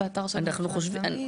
באתר של ממשל זמין.